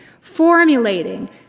formulating